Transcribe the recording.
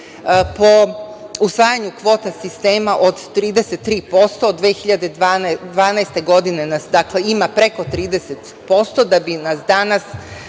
po usvajanju kvote sistema od 33%, od 2012. godine nas ima preko 30%, da bi nas danas